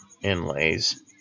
inlays